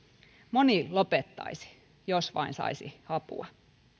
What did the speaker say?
moni lopettaisi jos vain saisi apua